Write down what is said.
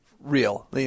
Real